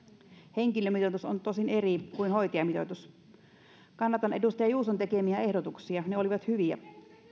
henkilömitoitus on tosin eri kuin hoitajamitoitus kannatan edustaja juuson tekemiä ehdotuksia ne olivat hyviä